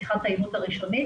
שיחת האימות הראשונית,